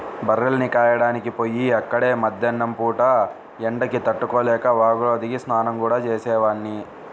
బర్రెల్ని కాయడానికి పొయ్యి అక్కడే మద్దేన్నం పూట ఎండకి తట్టుకోలేక వాగులో దిగి స్నానం గూడా చేసేవాడ్ని